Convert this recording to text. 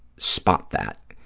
spot that,